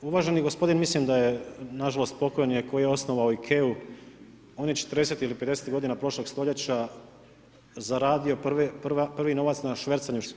Uvaženi gospodin mislim da je na žalost je pokojni koji je osnovao Ikeu, on je četrdesetih ili pedesetih godina prošlog stoljeća zaradio prvi novac na švercanju šibica.